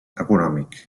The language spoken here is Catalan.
econòmic